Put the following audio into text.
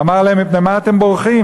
אמר להם: מפני מה אתם בורחים?